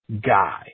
guy